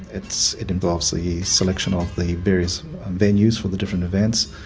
it's, it involves the selection of the various venues for the different events,